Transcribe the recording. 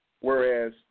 whereas